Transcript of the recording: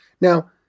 Now